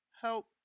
help